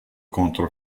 contro